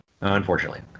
Unfortunately